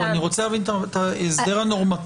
אבל אני רוצה להבין את ההסדר הנורמטיבי.